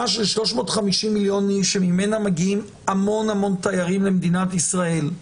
של 350 מיליון איש שממנה מגיעים המון תיירים למדינת ישראל,